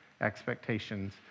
expectations